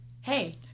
Hey